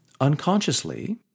unconsciously